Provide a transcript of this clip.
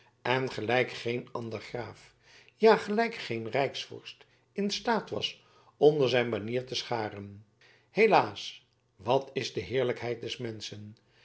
en gelijk geen ander graaf ja gelijk geen rijksvorst in staat was onder zijn banier te scharen helaas wat is de heerlijkheid des menschen